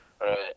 Right